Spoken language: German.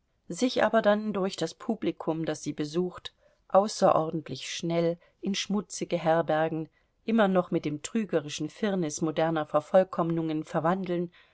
sich aber dann durch das publikum das sie besucht außerordentlich schnell in schmutzige herbergen immer noch mit dem trügerischen firnis moderner vervollkommnungen verwandeln